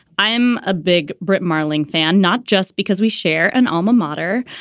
i'm a big brit marling fan, not just because we share an alma mater,